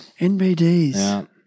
NBDs